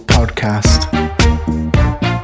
Podcast